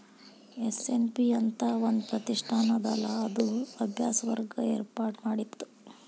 SNP ಅಂತ್ ಒಂದ್ ಪ್ರತಿಷ್ಠಾನ ಅದಲಾ ಅದು ಅಭ್ಯಾಸ ವರ್ಗ ಏರ್ಪಾಡ್ಮಾಡಿತ್ತು